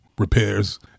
Repairs